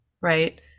right